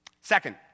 Second